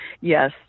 Yes